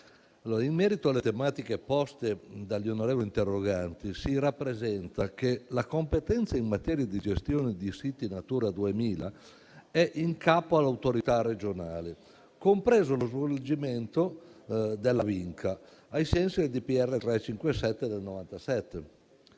In merito alle tematiche poste dagli onorevoli interroganti, si rappresenta che la competenza in materia di gestione dei siti Natura 2000 è in capo all'autorità regionale, compreso lo svolgimento della valutazione di incidenza